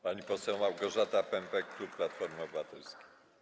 Pani poseł Małgorzata Pępek, klub Platforma Obywatelska.